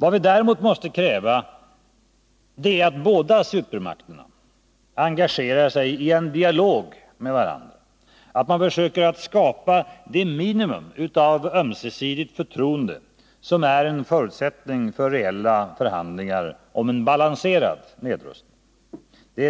Vad vi däremot måste kräva är att att supermakterna engagerar sig i en dialog med varandra, att man försöker att skapa det minimum av ömsesidigt förtroende som är en förutsättning för reella förhandlingar om en balanserad nedrustning. Det